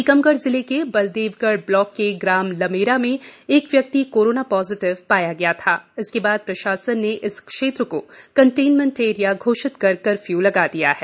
टीकमगढ जिले के बल्देवगढ ब्लॉक के ग्राम लमेरा मे एक व्यक्ति कोरोना पॉजिटिव पाया गया था इसके बाद प्रशासन ने इस क्षेत्र को कंटेनमेंट एरिया घोषित कर कफ्य् लगा दिया है